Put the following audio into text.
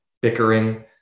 bickering